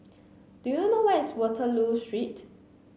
do you know where is Waterloo Street